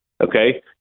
Okay